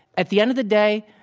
at the end of the day,